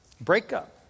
Breakup